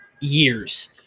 years